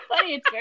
funny